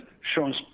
shown